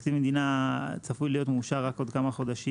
תקציב המדינה צפוי להיות מאושר רק בעוד כמה חודשים,